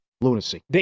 Lunacy